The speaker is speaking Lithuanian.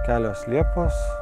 kelios liepos